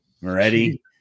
Moretti